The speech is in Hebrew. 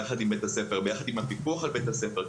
יחד עם בית הספר והפיקוח על בית הספר.